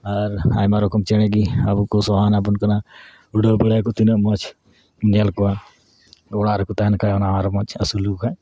ᱟᱨ ᱟᱭᱢᱟ ᱨᱚᱠᱚᱢ ᱪᱮᱬᱮ ᱜᱮ ᱟᱵᱚ ᱠᱚ ᱥᱚᱦᱟᱱᱟᱵᱚᱱ ᱠᱟᱱᱟ ᱩᱰᱟᱹᱣ ᱵᱟᱲᱟᱭ ᱟᱠᱚ ᱛᱤᱱᱟᱹᱜ ᱢᱚᱡᱽ ᱧᱮᱞ ᱠᱚᱣᱟ ᱚᱲᱟᱜ ᱨᱮᱠᱚ ᱛᱟᱦᱮᱱ ᱠᱷᱟᱡ ᱚᱱᱟ ᱟᱨ ᱢᱚᱡᱽ ᱟᱹᱥᱩᱞ ᱞᱮᱠᱚ ᱠᱷᱟᱡ